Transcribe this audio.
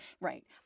Right